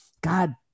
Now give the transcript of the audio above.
God